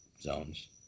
zones